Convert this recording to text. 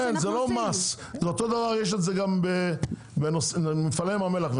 כן, זה לא מס, אותו דבר יש את זה במפעלי ים המלח.